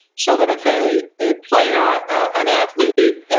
so that if a a player, an athlete,